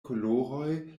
koloroj